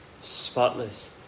spotless